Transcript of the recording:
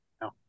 No